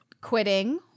quitting